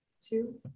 two